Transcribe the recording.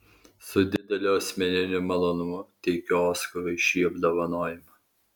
su dideliu asmeniniu malonumu teikiu oskarui šį apdovanojimą